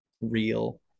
real